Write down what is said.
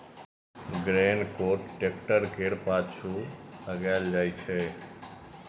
grain cart tractor केर पाछु लगाएल जाइ छै